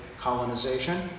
colonization